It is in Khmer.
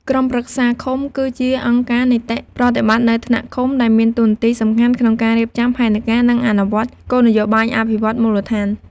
ក្រុមប្រឹក្សាឃុំគឺជា អង្គការនីតិប្រតិបត្តិនៅថ្នាក់ឃុំ ដែលមានតួនាទីសំខាន់ក្នុងការរៀបចំផែនការ និងអនុវត្តគោលនយោបាយអភិវឌ្ឍន៍មូលដ្ឋាន។